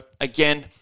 again